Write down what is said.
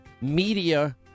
media